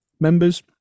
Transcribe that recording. members